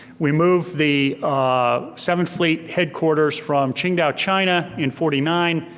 we move the ah seventh fleet headquarters from qingdao, china in forty nine,